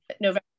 November